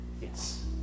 Yes